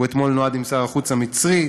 הוא אתמול נועד עם שר החוץ המצרי,